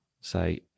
say